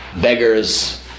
beggars